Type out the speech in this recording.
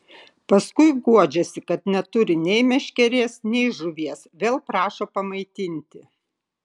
paskui guodžiasi kad neturi nei meškerės nei žuvies vėl prašo pamaitinti